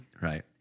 Right